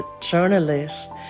journalist